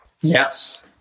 Yes